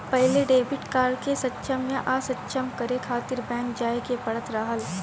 पहिले debit card के सक्षम या असक्षम करे खातिर बैंक जाए के पड़त रहल